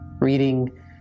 reading